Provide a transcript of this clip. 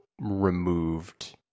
removed